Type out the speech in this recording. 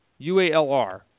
UALR